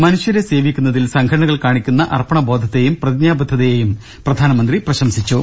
മനുഷ്യരെ സേവിക്കുന്നതിൽ സംഘടനകൾ കാണിക്കുന്ന അർപ്പണബോധത്തെയും പ്രതിജ്ഞാബദ്ധയെയും പ്രധാനമന്ത്രി പ്രശംസിച്ചു